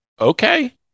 okay